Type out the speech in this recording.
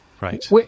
Right